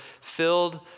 filled